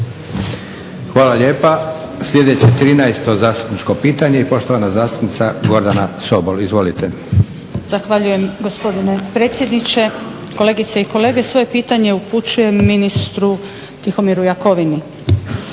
Hvala lijepa. Sljedeće 13. zastupničko pitanje i poštovana zastupnica Gordana Sobol. Izvolite. **Sobol, Gordana (SDP)** Zahvaljujem gospodine predsjedniče. Kolegice i kolege, svoje pitanje upućujem ministru Tihomiru Jakovini.